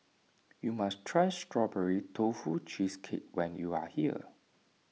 you must try Strawberry Tofu Cheesecake when you are here